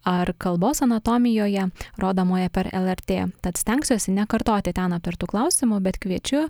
ar kalbos anatomijoje rodomoje per lrt tad stengsiuosi nekartoti ten aptartų klausimų bet kviečiu